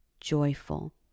joyful